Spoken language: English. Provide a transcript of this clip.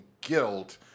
guilt